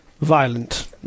violent